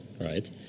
right